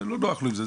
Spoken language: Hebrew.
לא נוח לו עם זה.